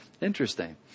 Interesting